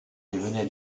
venait